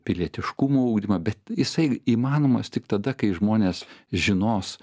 pilietiškumo ugdymą bet jisai įmanomas tik tada kai žmonės žinos